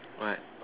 what